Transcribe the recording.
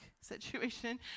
situation